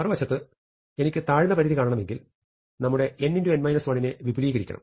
മറുവശത്ത് എനിക്ക് താഴ്ന്നപരിധി കാണണമെങ്കിൽ നമ്മുടെ n നെ വിപുലീകരിക്കണം